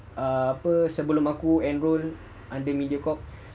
ah apa sebelum aku enroll under mediacorp